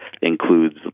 includes